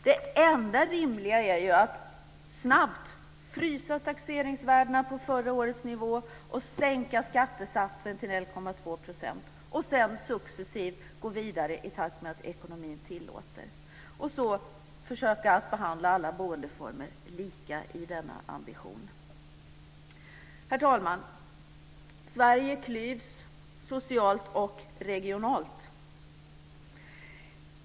Det enda rimliga är ju att snabbt frysa taxeringsvärdena på förra årets nivå, sänka skattesatsen till 1,2 % och sedan successivt gå vidare i takt med att ekonomin tillåter och försöka att behandla alla boendeformer lika i denna ambition. Herr talman! Sverige klyvs socialt och regionalt.